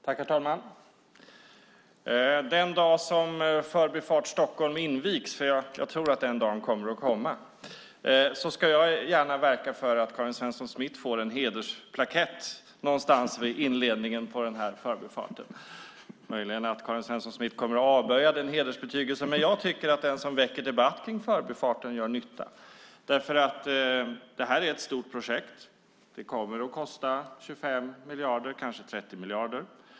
Herr talman! Den dag som Förbifart Stockholm invigs - för jag tror att den dagen kommer - ska jag gärna verka för att Karin Svensson Smith får en hedersplakett någonstans vid förbifartens början. Karin Svensson Smith kommer möjligen att avböja denna hedersbetygelse, men jag tycker att den som väcker debatt om förbifarten gör nytta. Detta är ett stort projekt; det kommer att kosta 25-30 miljarder.